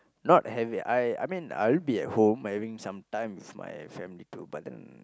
not having I I mean I'll be at home having sometime with my family too but then